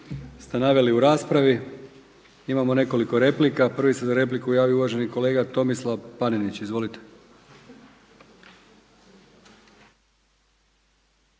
ste naveli u raspravi. Imamo nekoliko replika. Prvi se za repliku javio uvaženi kolega Tomislav Panenić. Izvolite.